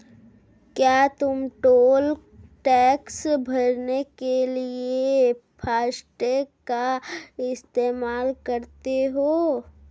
क्या तुम toll tax भरने के लिए फासटेग का इस्तेमाल करते हो?